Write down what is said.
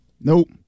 nope